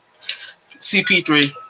CP3